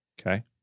okay